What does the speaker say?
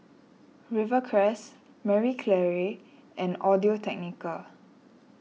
Rivercrest Marie Claire and Audio Technica